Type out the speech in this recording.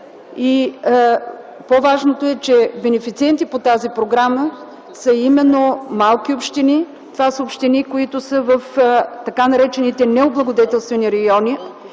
По-важното е, че бенефициенти по тази програма са именно малки общини. Това са общини, които са в така наречените необлагодетелствани райони.